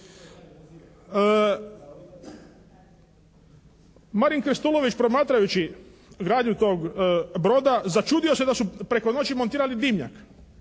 Marin Krstulović promatrajući gradnju tog broda začudio se da su preko noći montirali dimnjak